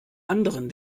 anderen